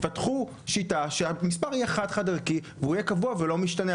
תפתחו שיטה שהוא יהיה חד-חד ערכי שהוא יהיה קבוע ולא משתנה,